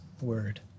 word